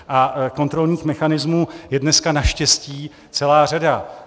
A kontrolních mechanismů je dneska naštěstí celá řada.